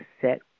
set